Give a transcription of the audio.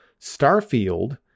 Starfield